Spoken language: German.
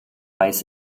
weiß